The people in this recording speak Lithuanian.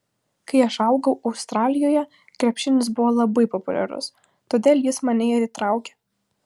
kai aš augau australijoje krepšinis buvo labai populiarus todėl jis mane ir įtraukė